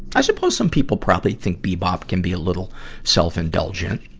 i suppose some people probably think bebop can be a little self-indulgent.